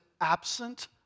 absent